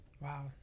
Wow